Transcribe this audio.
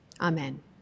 amen